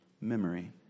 memory